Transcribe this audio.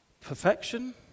perfection